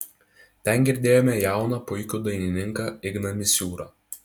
ten girdėjome jauną puikų dainininką igną misiūrą